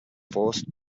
forced